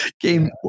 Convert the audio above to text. game